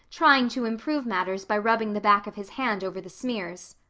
trying to improve matters by rubbing the back of his hand over the smears.